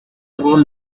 droite